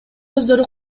өздөрү